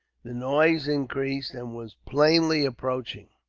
the noise increased, and was plainly approaching.